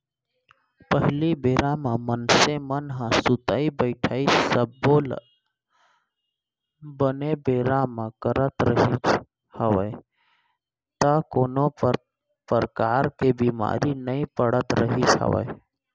पहिली बेरा म मनसे मन ह सुतई बइठई सब्बो ल बने बेरा म करत रिहिस हवय त कोनो परकार ले बीमार नइ पड़त रिहिस हवय